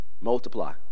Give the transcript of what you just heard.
multiply